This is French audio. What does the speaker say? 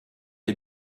est